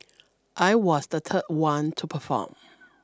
I was the third one to perform